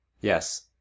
Yes